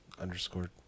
underscore